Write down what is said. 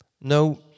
no